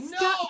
No